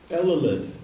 element